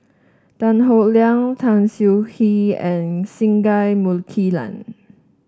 Tan Howe Liang Tan Siah Kwee and Singai Mukilan